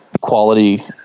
quality